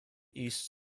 east